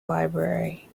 library